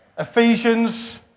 Ephesians